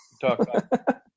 talk